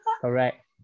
Correct